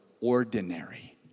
ordinary